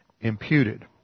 imputed